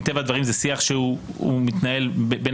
מטבע הדברים זה שיח שהוא מתנהל בין